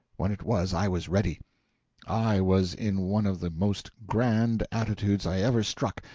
when it was, i was ready i was in one of the most grand attitudes i ever struck,